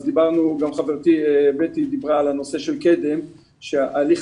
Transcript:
גם חברתי בטי דיברה על הנושא של קד"מ כאשר הליך